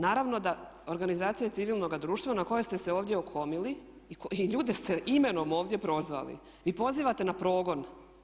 Naravno da organizacije civilnoga društva na koje ste se ovdje okomili i ljude ste imenom ovdje prozvali, vi pozivate na progon.